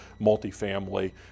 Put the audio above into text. multifamily